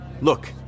Look